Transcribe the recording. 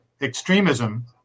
extremism